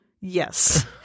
Yes